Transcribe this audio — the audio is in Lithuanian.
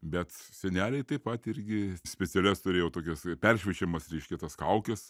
bet seneliai taip pat irgi specialias turėjo tokias peršviečiamas reiškia tas kaukes